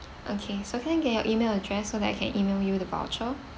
okay so can I get your E-mail address so that I can E-mail you the voucher